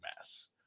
mess